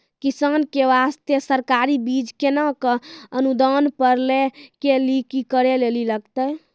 किसान के बास्ते सरकारी बीज केना कऽ अनुदान पर लै के लिए की करै लेली लागतै?